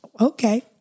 Okay